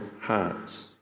hearts